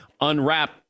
unwrap